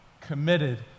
committed